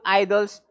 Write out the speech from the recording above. idols